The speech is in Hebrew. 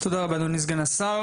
תודה רבה, אדוני סגן השר.